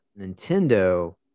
Nintendo